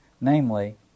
Namely